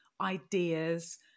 ideas